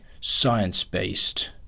science-based